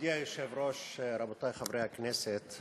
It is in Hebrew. מכובדי היושב-ראש, רבותי חברי הכנסת,